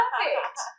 perfect